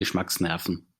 geschmacksnerven